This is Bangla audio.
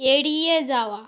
এড়িয়ে যাওয়া